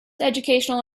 educational